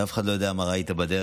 ואף אחד לא יודע מה ראית בדרך.